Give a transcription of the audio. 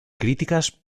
críticas